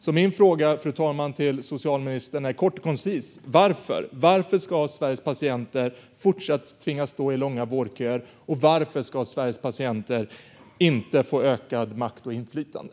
Jag har ett par korta och koncisa frågor till socialministern: Varför ska Sveriges patienter fortsätta att tvingas stå i långa vårdköer? Varför ska Sveriges patienter inte få ökad makt och inflytande?